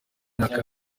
myaka